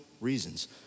reasons